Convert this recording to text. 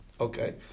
Okay